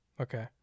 Okay